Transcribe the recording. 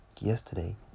yesterday